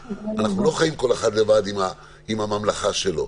אנחנו לא חיים כל אחד לבד עם הממלכה שלו.